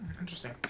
interesting